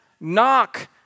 knock